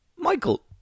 Michael